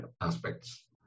aspects